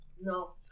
No